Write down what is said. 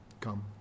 Come